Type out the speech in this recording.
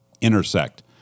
intersect